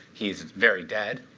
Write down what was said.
he's very dead.